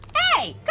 hey,